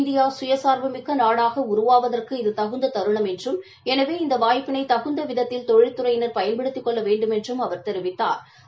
India கயசார்புமிக்க நாடாக உருவாவதற்கு இது தந்த தருணம் என்றும் எனவே இந்த வாய்ப்பினை தகுந்த விதத்தில் தொழில்துறையினா் பயன்படுத்திக் கொள்ள வேண்டுமென்றும் அவா் தெரிவித்தாா்